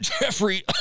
Jeffrey